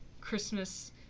Christmas